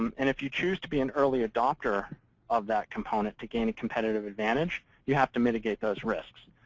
um and if you choose to be an early adopter of that component to gain a competitive advantage, you have to mitigate those risks.